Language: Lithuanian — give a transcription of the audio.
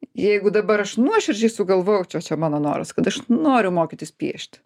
jeigu dabar aš nuoširdžiai sugalvojau vat čia mano noras kad aš noriu mokytis piešti